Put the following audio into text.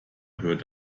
hört